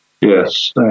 yes